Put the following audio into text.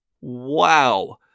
wow